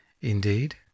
Indeed